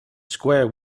square